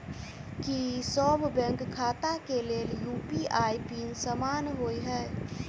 की सभ बैंक खाता केँ लेल यु.पी.आई पिन समान होइ है?